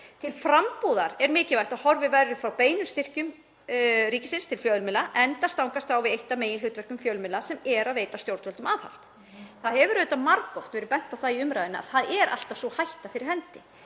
„Til frambúðar er mikilvægt að horfið verði frá beinum styrkjum ríkisins til fjölmiðla enda stangast á við eitt af meginhlutverkum fjölmiðla sem er að veita stjórnvöldum aðhald.“ Það hefur auðvitað margoft verið bent á það í umræðunni að það er alltaf sú hætta fyrir hendi.